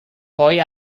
poi